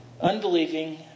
Unbelieving